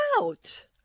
out